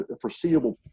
foreseeable